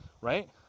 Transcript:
Right